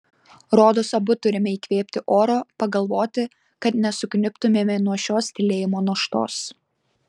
rodos abu turime įkvėpti oro pagalvoti kad nesukniubtumėme nuo šios tylėjimo naštos